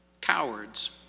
cowards